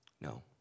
No